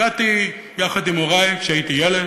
הגעתי יחד עם הורי כשהייתי ילד,